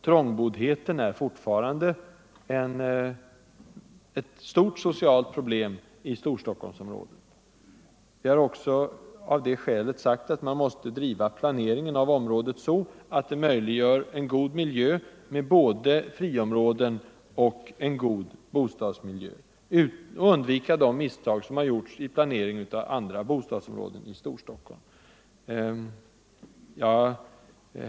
Trångboddheten är fortfarande ett stort socialt problem i Storstockholmsområdet. Vi har av detta skäl också sagt att man måste driva planeringen av området så, att man möjliggör en god miljö med både friområden och bostadsområden. Man skall undvika de misstag som gjordes vid planeringen av andra bostadsområden i Storstockholm.